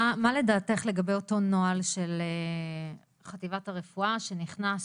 מה לדעתך לגבי אותו הנוהל של חטיבת הרפואה שנכנס?